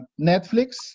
Netflix